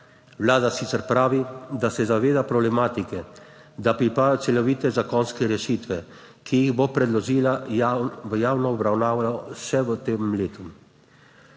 Vlada sicer pravi, da se zaveda problematike in da pripravlja celovite zakonske rešitve, ki jih bo predložila v javno obravnavo še v tem letu.